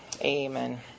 Amen